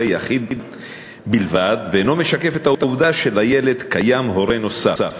יחיד בלבד ואינו משקף את העובדה שלילד יש הורה נוסף,